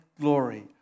glory